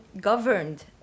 governed